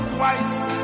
white